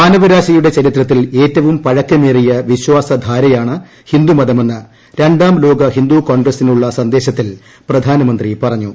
മാനവരാശിയുടെ ചരിത്രിത്തിൽ ഏറ്റവും പഴക്കമേറിയ വിശ്വാസ ധാരയ്ടാണ് ഹിന്ദുമതമെന്ന് രണ്ടാം ലോക ഹിന്ദുക്കോൺഗ്രസിനുള്ള സന്ദേശത്തിൽ പ്രധാനമന്ത്രി പറഞ്ഞു